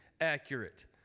accurate